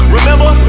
Remember